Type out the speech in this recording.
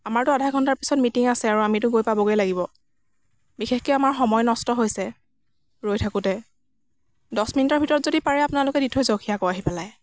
আমাৰতো আধা ঘণ্টাৰ পিছত মিটিং আছে আৰু আমিতো গৈ পাবগৈ লাগিব বিশেষকৈ আমাৰ সময় নষ্ট হৈছে ৰৈ থাকোঁতে দহ মিনিটৰ ভিতৰত যদি পাৰে আপোনালোকে দি থৈ যাওকহি আকৌ আহি পেলাই